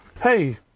Hey